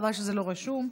חבל שזה לא רשום,